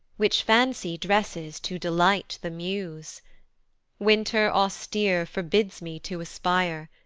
which fancy dresses to delight the muse winter austere forbids me to aspire,